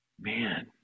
man